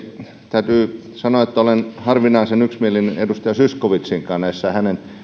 täytyy sanoa että olen harvinaisen yksimielinen edustaja zyskowiczin kanssa näissä hänen